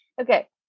okay